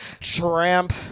tramp